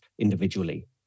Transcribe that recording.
individually